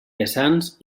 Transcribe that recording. vessants